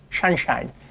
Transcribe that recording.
Sunshine